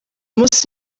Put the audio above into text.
munsi